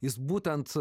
jis būtent